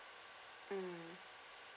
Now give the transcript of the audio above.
mm